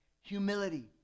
Humility